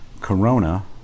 Corona